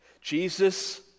Jesus